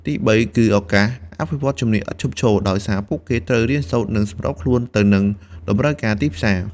ទីបី គឺឱកាស អភិវឌ្ឍជំនាញឥតឈប់ឈរ ដោយសារពួកគេត្រូវរៀនសូត្រ និងសម្របខ្លួនទៅនឹងតម្រូវការទីផ្សារ។